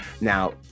Now